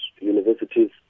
universities